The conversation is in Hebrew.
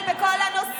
מה זה קשור?